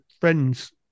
friend's